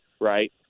Right